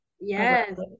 Yes